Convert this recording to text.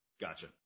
Gotcha